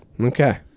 okay